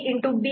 B'